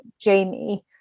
Jamie